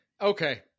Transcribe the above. Okay